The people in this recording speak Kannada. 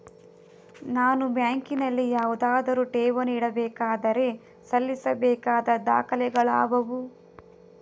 ನಾನು ಬ್ಯಾಂಕಿನಲ್ಲಿ ಯಾವುದಾದರು ಠೇವಣಿ ಇಡಬೇಕಾದರೆ ಸಲ್ಲಿಸಬೇಕಾದ ದಾಖಲೆಗಳಾವವು?